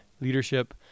leadership